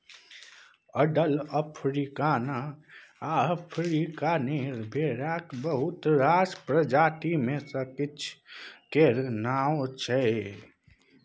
अदल, अफ्रीकाना आ अफ्रीकानेर भेराक बहुत रास प्रजाति मे सँ किछ केर नाओ छै